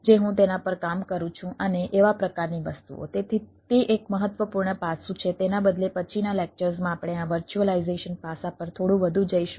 એક મુખ્ય પાસું વર્ચ્યુઅલાઈઝેશન માં જોશું